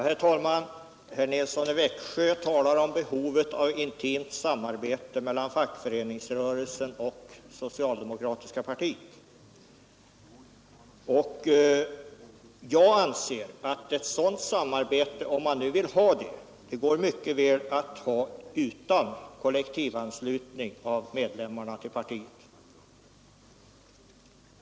Herr talman! Herr Nilsson i Växjö talar om behovet av intimt samarbete mellan fackföreningsrörelsen och socialdemokratiska partiet. Jag anser att sådant samarbete, om man nu vill ha det, går mycket väl att ha utan kollektivanslutning av medlemmarna till partiet.